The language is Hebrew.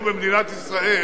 במדינת ישראל